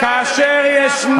כאשר יש,